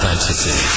Fantasy